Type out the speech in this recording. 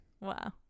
Wow